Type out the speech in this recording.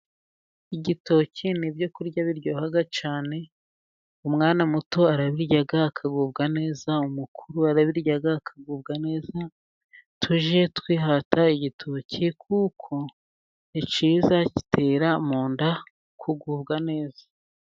Igitoki ni ibyo kurya biryoha cyane, umwana muto arabirya akagubwa neza, umukuru arabirya akagubwa neza. Tujye twihata igitoki kuko ni cyiza, gitera mu nda kugubwa neza.